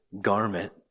garment